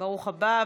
רבה.